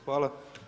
Hvala.